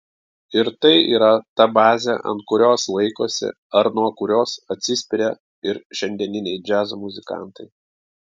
ir tai yra ta bazė ant kurios laikosi ar nuo kurios atsispiria ir šiandieniniai džiazo muzikantai